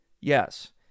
Yes